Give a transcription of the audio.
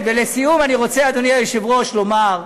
ולסיום, אני רוצה, אדוני היושב-ראש, לומר,